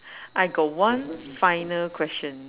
I got one final question